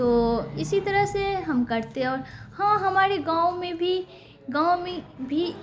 تو اسی طرح سے ہم کرتے اور ہاں ہمارے گاؤں میں بھی گاؤں میں بھی